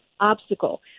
obstacle